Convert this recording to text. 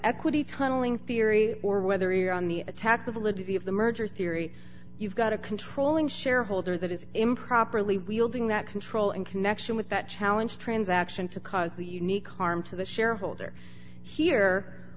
equity tunnelling theory or whether you're on the attack the validity of the merger theory you've got a controlling shareholder that is improperly wielding that control in connection with that challenge transaction to cause the unique harm to the shareholder here